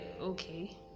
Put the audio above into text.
okay